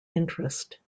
interest